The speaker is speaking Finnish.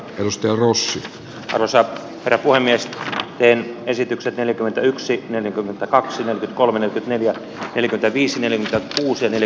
rusty rus parsaa varapuhemiestä ennen esityksen neljäkymmentäyksi neljäkymmentäkaksi kolme neljä telinettä viisi elina uusien eli